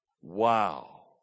Wow